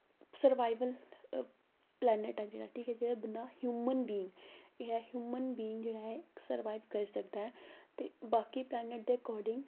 survival planet ऐ जेह्ड़ा ठीक ऐ जेह्ड़ा बंदा हयूमन बींग जेह्ड़ा हयूमन बींग जेह्ड़ा ऐ सर्वाईव करी सकदा ऐ ते बाकी पलैन्नट दे ऑकाडिंग